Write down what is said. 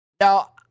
Now